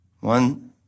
One